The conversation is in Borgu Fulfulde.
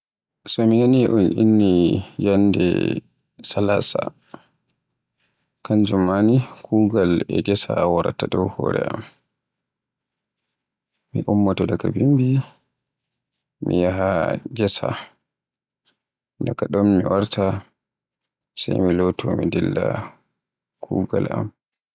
So mi nani un inni ñyande salaasa kanjum ma ni kuugal e gesa waraata dow hore am. Mi ummoyto daga bimbi mi yaha gesa. Daga ɗon mi warta, sey mi loto mi dilla kuugal am.